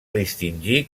distingir